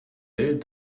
will